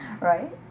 right